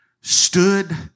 stood